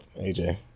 AJ